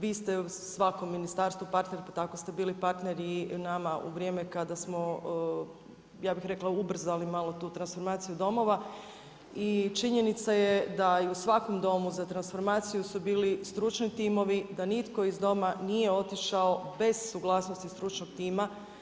Vi ste svakom ministarstvu partner pa tako ste bili partner i nama u vrijeme kada smo, ja bih rekla, ubrzali tu transformaciju domova i činjenica je da su u svakom domu za transformaciju bili stručni timovi, da nitko iz doma nije otišao bez suglasnosti stručnog tima.